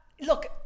look